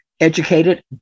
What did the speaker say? educated